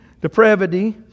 depravity